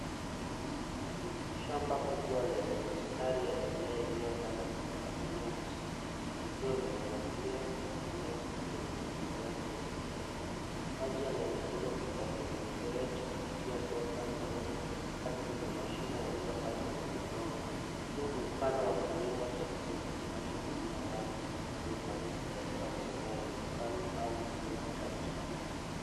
Hii ni shamba kubwa lenye mistari ya mimea iliyopandwa kwa mpangilio mzuri, likiwa linamwagilia kwa kutumia mfumo wa umwagiliaji wa mfereji. Maji yanaelekezwa kutoka kwenye mfereji kupitia bomba ndogo , hadi kwenye mashimo yaliyokatwa kwenye udongo. Huu ni mfano wa kilimo cha kisasa kinachotumia maji kwa ufanisi katika maeneo yenye ukame au mvua chache.